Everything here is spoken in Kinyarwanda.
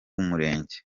umurenge